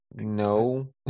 no